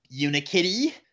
Unikitty